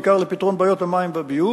בעיקר לפתרון בעיות המים והביוב,